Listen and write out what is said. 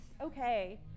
okay